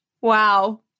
Wow